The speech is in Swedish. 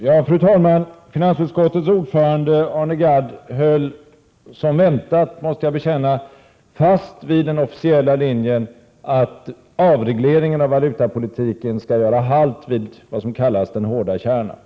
Fru talman! Finansutskottets ordförande Arne Gadd höll — som väntat, måste jag bekänna — fast vid den officiella linjen, att avregleringen av valutapolitiken skall göra halt vid vad som kallas den hårda kärnan.